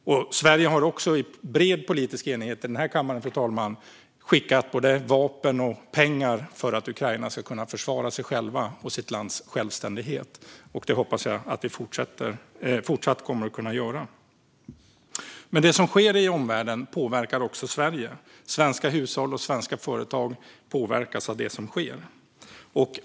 Sverige har i bred politisk enighet i denna kammare, fru talman, skickat både vapen och pengar för att Ukraina ska kunna försvara sig själva och sitt lands självständighet. Det hoppas jag att vi fortsatt kommer att kunna göra. Det som sker i omvärlden påverkar också Sverige. Svenska hushåll och svenska företag påverkas av det som sker.